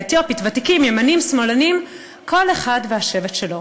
ימנים, שמאלנים, כל אחד והשבט שלו,